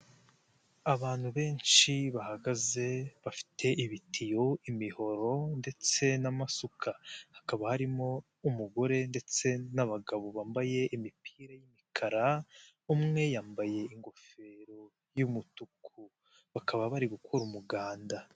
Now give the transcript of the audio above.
Abantu benshi bahagaze bafite ibitibo, imihoro ndetse n'amasuka, hakaba harimo umugore ndetse nabagabo bambaye imipira yimikara, umwe yambaye ingofero y'umutuku bakaba bari gu gukora umuganda.